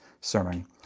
sermon